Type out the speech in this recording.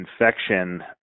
infection